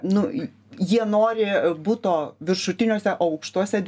nu jie nori buto viršutiniuose aukštuose